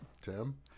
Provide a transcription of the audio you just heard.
Tim